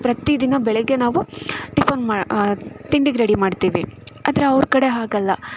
ಪ್ರತಿ ದಿನ ಬೆಳಗ್ಗೆ ನಾವು ಟಿಫನ್ ಮಾ ತಿಂಡಿಗೆ ರೆಡಿ ಮಾಡ್ತೀವಿ ಆದ್ರೆ ಅವ್ರ ಕಡೆ ಹಾಗಲ್ಲ